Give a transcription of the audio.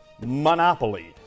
Monopoly